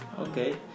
okay